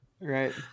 right